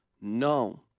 No